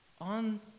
on